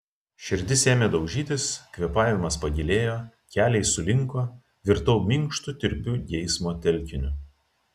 širdis ėmė daužytis kvėpavimas pagilėjo keliai sulinko virtau minkštu tirpiu geismo telkiniu